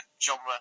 genre